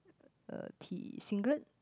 uh T singlet